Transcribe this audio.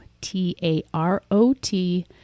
T-A-R-O-T